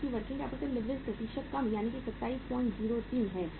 क्योंकि working capital leverage प्रतिशत कम यानी 2703 है